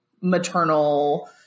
maternal